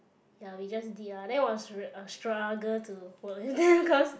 ya we just did lah there rea~ a struggle to work and then cause